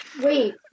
Wait